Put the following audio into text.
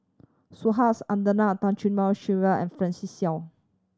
Subhas Sylvia and Seow